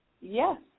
Yes